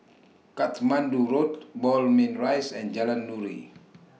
Katmandu Road Moulmein Rise and Jalan Nuri